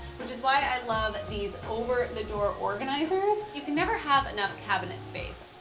which is why i love these over the door organizers. you can never have enough cabinet space.